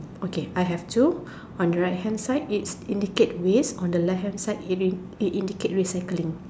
okay I have two on the right hand side it indicates waste on the left hand side it it indicate recycling